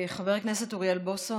חבר הכנסת אוריאל בוסו,